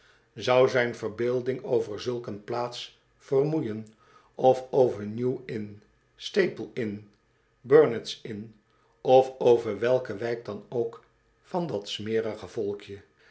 zou zijn verbeelding over zulk een plaats vermoeien of over new inn staple inn bèrnard's inn of over welke wijk dan ook van dat smerige volkje